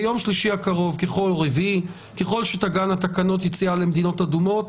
ביום שלישי הקרוב ככל שתגענה תקנות יציאה למדינות אדומות,